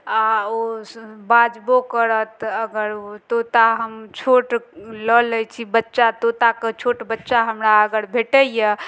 आ ओ बाजबो करत अगर तोता हम छोट लऽ लै छी बच्चा तोताके छोट बच्चा हमरा अगर भेटैया